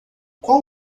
qual